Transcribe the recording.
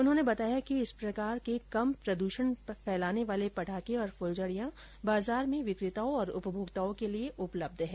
उन्होंने बताया कि कि इस प्रकार के कम प्रदूषण फैलाने वाले पटाखे और फुलझड़ियां बाजार में विक्रेताओं और उपमोक्ताओं के लिए उपलब्ध हैं